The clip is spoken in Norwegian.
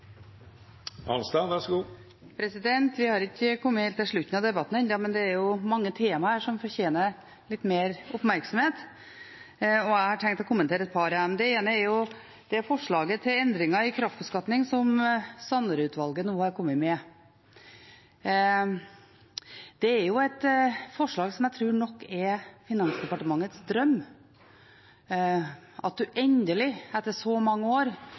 Vi har ikke kommet helt til slutten av debatten ennå, men det er mange temaer her som fortjener litt mer oppmerksomhet, og jeg har tenkt å kommentere et par av dem. Det ene er det forslaget til endringer i kraftbeskatning som Sanderud-utvalget nå har kommet med. Det er et forslag som jeg nok tror er Finansdepartementets drøm, at man endelig, etter så mange år,